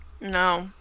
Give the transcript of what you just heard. no